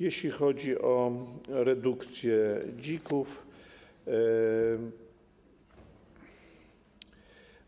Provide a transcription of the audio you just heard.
Jeśli chodzi o redukcję dzików,